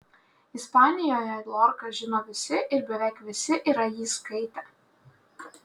ispanijoje lorką žino visi ir beveik visi yra jį skaitę